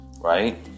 right